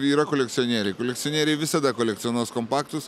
yra kolekcionieriai kolekcionieriai visada kolekcionuos kompaktus